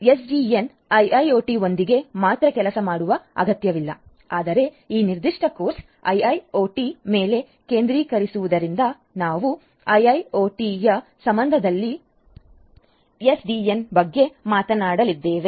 SDN ಐಐಒಟಿಯೊಂದಿಗೆ ಮಾತ್ರ ಕೆಲಸ ಮಾಡುವ ಅಗತ್ಯವಿಲ್ಲ ಆದರೆ ಈ ನಿರ್ದಿಷ್ಟ ಕೋರ್ಸ್ ಐಐಒಟಿ ಮೇಲೆ ಕೇಂದ್ರೀಕರಿಸುವುದರಿಂದ ನಾವು ಐಐಒಟಿಯ ಸಂಬಂಧದಲ್ಲಿ ಎಸ್ಡಿಎನ್ ಬಗ್ಗೆ ಮಾತನಾಡಲಿದ್ದೇವೆ